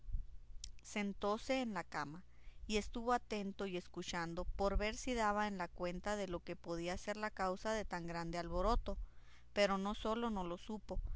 ínsula se hundía sentóse en la cama y estuvo atento y escuchando por ver si daba en la cuenta de lo que podía ser la causa de tan grande alboroto pero no sólo no lo supo